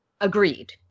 agreed